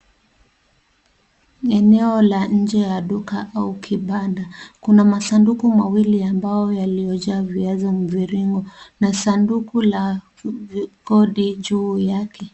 Ni eneo la nje ya duka au kibanda. Kuna masanduku mawili ya mbao yaliyojaa viazi mviringo na sanduku la kodi juu yake.